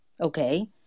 okay